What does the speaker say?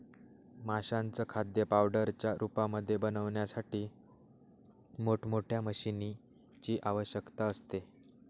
माशांचं खाद्य पावडरच्या रूपामध्ये बनवण्यासाठी मोठ मोठ्या मशीनीं ची आवश्यकता असते